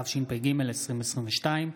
התשפ"ג 2022,